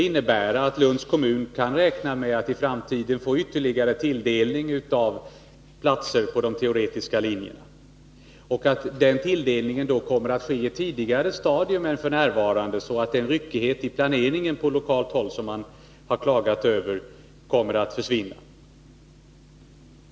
Innebär det att Lunds kommun kan räkna med att i framtiden få ytterligare tilldelning av platser på de teoretiska linjerna och att den tilldelningen kommer att ske på ett tidigare stadium än f. n., så att den ryckighet i planeringen på lokalt håll som man klagat över kan försvinna?